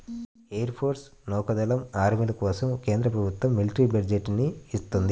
air force, నౌకా దళం, ఆర్మీల కోసం కేంద్ర ప్రభుత్వం మిలిటరీ బడ్జెట్ ని ఇత్తంది